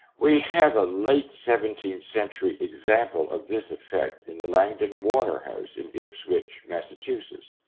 we have a late seventeenth century example of this effect in the langdon warner house in ipswich, massachusetts.